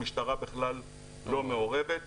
המשטרה בכלל לא מעורבת.